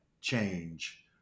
change